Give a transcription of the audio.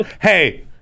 hey